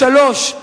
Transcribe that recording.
שלוש,